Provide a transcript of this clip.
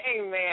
Amen